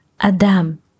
Adam